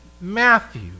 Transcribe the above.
Matthew